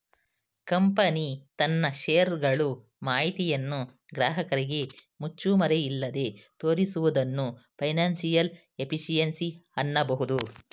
company ತನ್ನ share ಗಳು ಮಾಹಿತಿಯನ್ನು ಗ್ರಾಹಕರಿಗೆ ಮುಚ್ಚುಮರೆಯಿಲ್ಲದೆ ತೋರಿಸುವುದನ್ನು ಫೈನಾನ್ಸಿಯಲ್ ಎಫಿಷಿಯನ್ಸಿ ಅನ್ನಬಹುದು